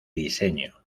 diseño